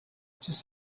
just